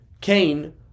Cain